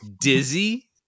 dizzy